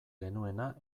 genuena